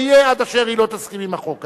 יהיה עד אשר היא לא תסכים עם החוק הזה.